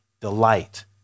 delight